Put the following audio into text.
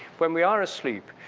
when we are asleep,